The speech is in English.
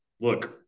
look